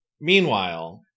meanwhile